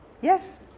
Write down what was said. Yes